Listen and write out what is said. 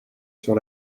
sur